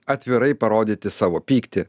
atvirai parodyti savo pyktį